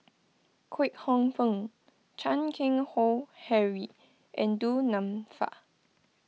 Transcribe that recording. Kwek Hong Png Chan Keng Howe Harry and Du Nanfa